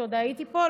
כשעוד הייתי פה,